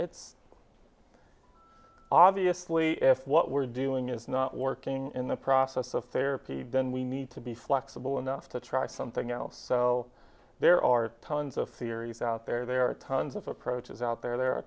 it's obviously if what we're doing is not working in the process of therapy been we need to be flexible enough to try something else so there are tons of theories out there there are tons of approaches out there there are